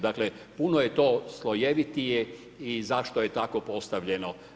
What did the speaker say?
Dakle, puno je to slojevitije i zašto je tako postavljeno.